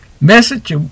message